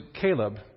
Caleb